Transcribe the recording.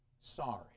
sorry